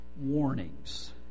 Warnings